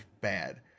bad